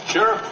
Sure